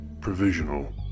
provisional